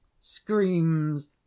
screams